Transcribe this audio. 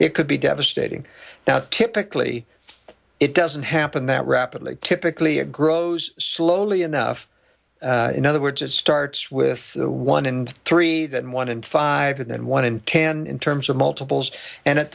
it could be devastating now typically it doesn't happen that rapidly typically it grows slowly enough in other words it starts with one in three then one in five and then one in ten in terms of multiples and at